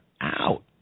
out